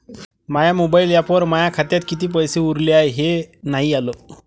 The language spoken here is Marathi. माया मोबाईल ॲपवर माया खात्यात किती पैसे उरले हाय हे नाही आलं